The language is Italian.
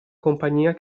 compagnia